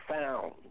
found